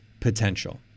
potential